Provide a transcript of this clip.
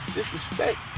Disrespect